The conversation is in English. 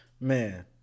Man